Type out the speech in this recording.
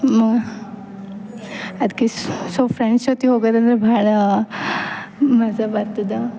ಮ ಅದಕ್ಕೆ so friends ಜೊತೆ ಹೋಗೋದಂದರೆ ಭಾಳ ಮಝ ಬರ್ತದೆ